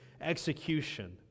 execution